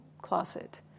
closet